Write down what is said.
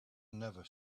never